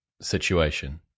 situation